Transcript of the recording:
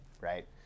Right